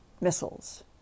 missiles